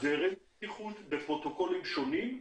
בפרוטוקולים שונים.